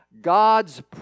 God's